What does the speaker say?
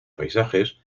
paisajes